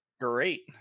Great